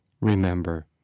remember